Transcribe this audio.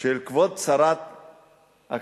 של כבוד שרת הקליטה.